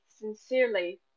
sincerely